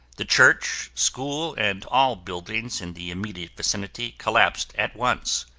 the church, school, and all buildings in the immediate vicinity collapsed at once.